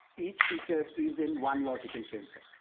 each feature is in one logical change set.